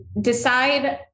decide